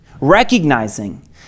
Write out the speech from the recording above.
recognizing